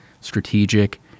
strategic